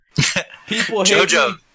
JoJo